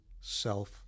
self